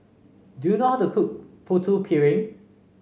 do you know how to cook Putu Piring